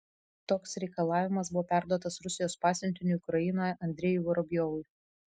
toks reikalavimas buvo perduotas rusijos pasiuntiniui ukrainoje andrejui vorobjovui